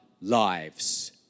lives